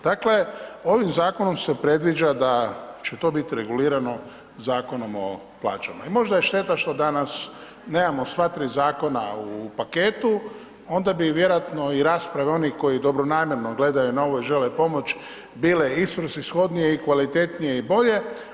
Dakle, ovim zakonom se predviđa da će to bit regulirano Zakonom o plaćama i možda je šteta što danas nemamo sva tri zakona u paketu, onda bi vjerojatno i rasprave onih koji dobronamjerno gledaju na ovo i žele pomoć bile i svrsishodnije i kvalitetnije i bolje.